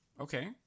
okay